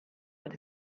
what